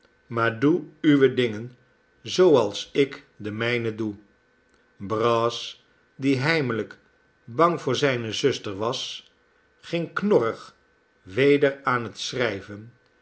maar doe uwe dingen zooals ik de mijne doe brass die heimelijk bang voor zijne zuster was ging knorrig weder aan het schrijven